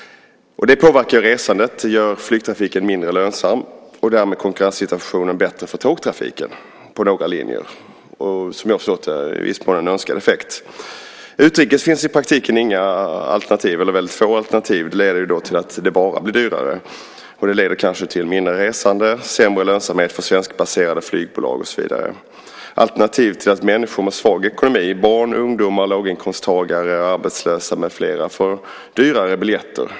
Den påverkar resandet. Den gör flygtrafiken mindre lönsam. Därmed är konkurrenssituationen bättre för tågtrafiken på några linjer. Som jag har förstått är det i viss mån en önskad effekt. I praktiken finns det för utrikes trafik inga eller få alternativ. Det leder till att det bara blir dyrare. Det leder till mindre resande, sämre lönsamhet för svenskbaserade flygbolag och så vidare. Alternativet är att människor med svag ekonomi, barn, ungdomar, långinkomsttagare, arbetslösa med flera, får dyrare biljetter.